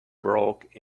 broke